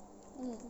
mm